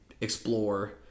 explore